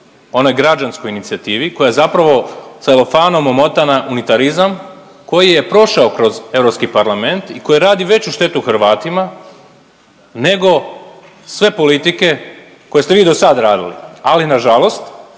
onoj građanskoj inicijativi koja je zapravo celofanom omotana u unitarizam koji je prošao kroz Europski parlament i koji radi veću štetu Hrvatima nego sve politike koje ste vi dosada radili, ali nažalost